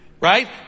Right